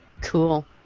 Cool